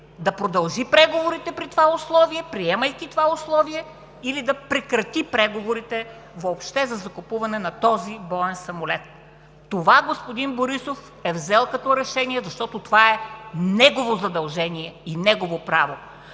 да продължи преговорите при това условие, приемайки това условие, или да прекрати преговорите въобще за закупуване на този боен самолет. Това господин Борисов е взел като решение, защото това е негово задължение и негово право!